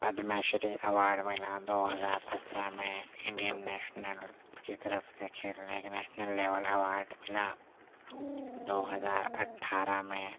Padma Shri award ملا دو ہزار سترہ میں انڈین نیشنلس کی طرف سے کھیلنے کے نیشنل لیول اوارڈ ملا دو ہزار اٹھارہ میں